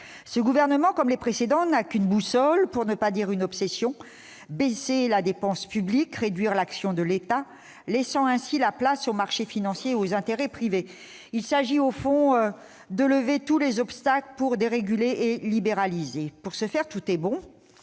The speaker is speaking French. Ce gouvernement, comme les précédents, n'a qu'une boussole, pour ne pas dire qu'une obsession : baisser la dépense publique, réduire l'action de l'État, laissant ainsi la place aux marchés financiers et aux intérêts privés. Il s'agit au fond de lever tous les obstacles pour déréguler et libéraliser. Pour ce faire, tout est bon